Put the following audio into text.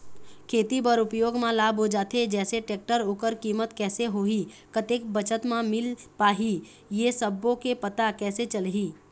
खेती बर उपयोग मा लाबो जाथे जैसे टेक्टर ओकर कीमत कैसे होही कतेक बचत मा मिल पाही ये सब्बो के पता कैसे चलही?